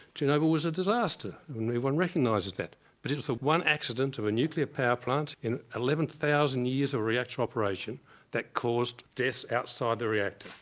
chernobyl was a disaster and everyone recognises that but is so one accident of a nuclear power plant in eleven thousand years of reactor operation that caused deaths outside the reactor.